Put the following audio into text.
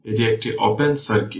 এটি একটি open circuit